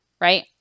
Right